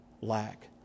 lack